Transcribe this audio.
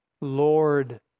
Lord